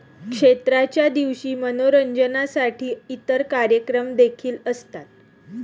क्षेत्राच्या दिवशी मनोरंजनासाठी इतर कार्यक्रम देखील असतात